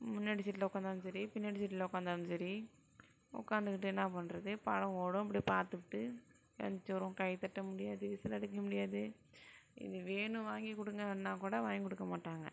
முன்னாடி சீட்டில் உக்கார்ந்தாலும் சரி பின்னாடி சீட்டில் உக்கார்ந்தாலும் சரி உக்கார்ந்துக்கிட்டு என்ன பண்ணுறது படம் ஓடும் இப்படி பார்த்துப்புட்டு ஏந்த்ருச்சி வருவோம் கைதட்ட முடியாது விசில் அடிக்க முடியாது இது வேணும் வாங்கிக் கொடுங்கன்னாக்கூட வாங்கிக் கொடுக்க மாட்டாங்க